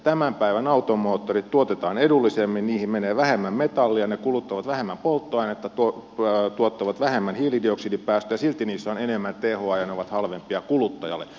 tämän päivän autonmoottorit tuotetaan edullisemmin niihin menee vähemmän metallia ne kuluttavat vähemmän polttoainetta tuottavat vähemmän hiilidioksidipäästöjä ja silti niissä on enemmän tehoa ja ne ovat halvempia kuluttajalle